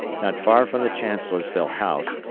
not far from the chancellorsville house,